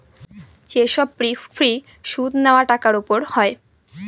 যে সব risk free সুদ নেওয়া টাকার উপর হয়